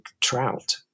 trout